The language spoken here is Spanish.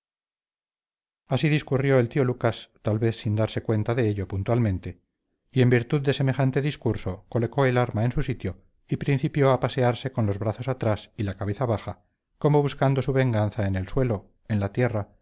así discurrió el tío lucas tal vez sin darse cuenta de ello puntualmente y en virtud de semejante discurso colocó el arma en su sitio y principió a pasearse con los brazos atrás y la cabeza baja como buscando su venganza en el suelo en la tierra